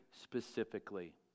specifically